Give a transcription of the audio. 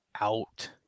out